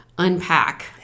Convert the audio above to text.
Unpack